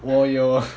我有